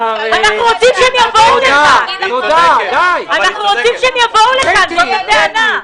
אנחנו רוצים שהם יבואו לכאן, זאת הטענה.